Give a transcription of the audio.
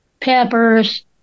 peppers